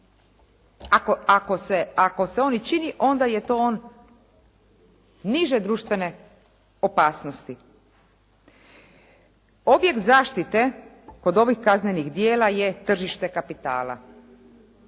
Ako se on i čini onda je to on niže društvene opasnosti. Objekt zaštite kod ovih kaznenih djela je tržište kapitala.